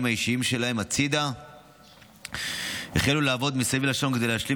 האישיים שלהם הצידה והחלו לעבוד מסביב לשעון כדי להשלים